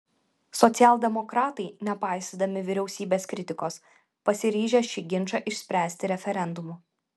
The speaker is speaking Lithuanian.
socialdemokratai nepaisydami vyriausybės kritikos pasiryžę šį ginčą išspręsti referendumu